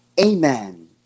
amen